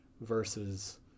versus